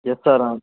yes sir ആണ്